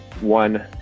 one